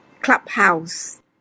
Clubhouse